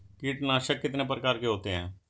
कीटनाशक कितने प्रकार के होते हैं?